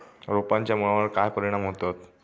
रोपांच्या मुळावर काय परिणाम होतत?